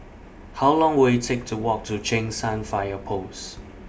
How Long Will IT Take to Walk to Cheng San Fire Post